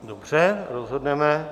Dobře, rozhodneme.